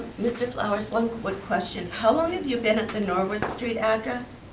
mr flowers, one quick question. how long have you been at the norwood street address?